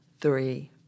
Three